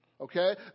Okay